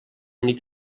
nit